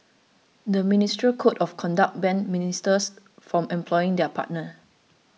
the ministerial code of conduct bans ministers from employing their partner